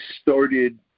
started